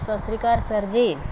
ਸਤਿ ਸ਼੍ਰੀ ਅਕਾਲ ਸਰ ਜੀ